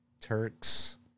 turks